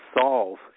solve